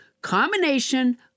combination